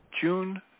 June